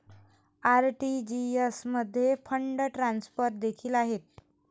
RTGS मध्ये fund transfer देखील आहेत